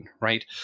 right